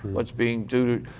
what's being done.